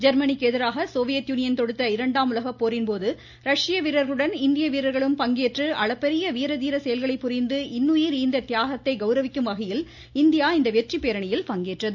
ஜெர்மனிக்கு எதிராக Soviet Union தொடுத்த இரண்டாம் டைலக போரின்போது ரஷ்ய வீரர்களுடன் இந்திய வீரர்களும் பங்கேற்று அளப்பரிய வீர தீர செயல்களை புரிந்து இன்னுயிர் ஈந்த தியாகத்தை கவுரவிக்கும் வகையில் இந்தியா இந்த வெற்றிப்பேரணியில் பங்கேற்றது